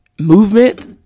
movement